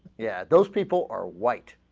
yeah those people or white